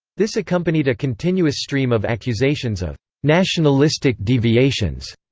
this accompanied a continuous stream of accusations of nationalistic deviations,